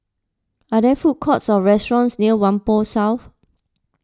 are there food courts or restaurants near Whampoa South